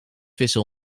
vissen